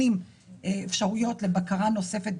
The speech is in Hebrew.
המרכזית שיש לה נציגים של מספר סיעות הכנסת,